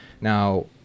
Now